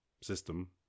system